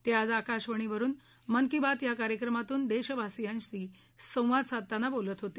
ते आज आकाशवाणीवरून मन की बात या कार्यक्रमातून देशवासीयांशी संवाद साधताना बोलत होते